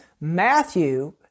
matthew